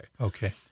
Okay